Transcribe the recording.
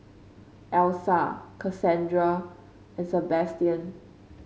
Elisa Kassandra and Sebastian